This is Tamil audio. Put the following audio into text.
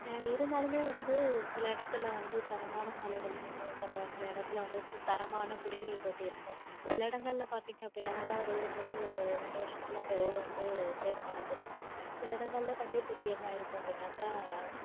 இருந்தாலுமே வந்து சில இடத்துல வந்து தரமான சாலைகள் இருக்கும் தர சில இடத்துல வந்து தரமான குடிநீர் தொட்டி இருக்கும் சில இடங்களில் பார்த்தீங்க அப்படின்னாக்கா ரோடு போட்டு ஒரு ரெண்டு வருஷத்தில் அந்த ரோடு வந்து சேதமடஞ்சிருக்கும் சில இடங்களில் தண்ணீர் தொட்டி என்ன ஆகிருக்கும் அப்படின்னாக்கா